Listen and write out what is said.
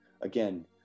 Again